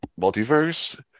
Multiverse